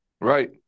Right